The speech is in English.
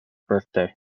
birthday